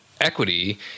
equity